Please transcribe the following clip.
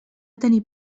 tenir